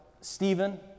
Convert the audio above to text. Stephen